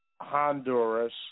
Honduras